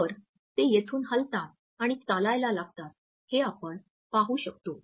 तर ते येथून हलतात आणि चालायला लागतात हे आपण पाहू शकतो